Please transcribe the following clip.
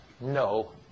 no